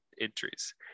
entries